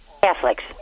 Catholics